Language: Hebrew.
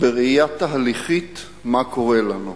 בראייה תהליכית מה קורה לנו,